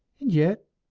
and yet,